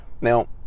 now